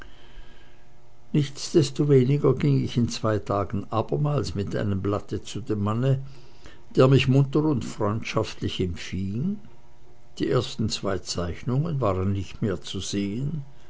nichtsdestoweniger ging ich in zwei tagen abermals mit einem blatte zu dem manne der mich munter und freundschaftlich empfing die zwei ersten zeichnungen waren nicht mehr zu sehen